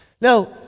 Now